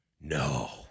No